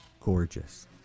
gorgeous